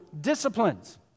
disciplines